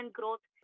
growth